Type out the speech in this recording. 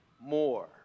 more